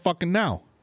now